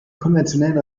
konventionellen